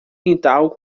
quintal